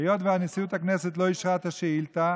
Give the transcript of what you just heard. היות שנשיאות הכנסת לא אישרה את השאילתה,